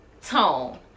tone